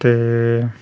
ते